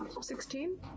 Sixteen